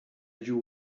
you